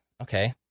okay